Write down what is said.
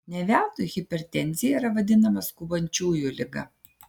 ne veltui hipertenzija yra vadinama skubančiųjų liga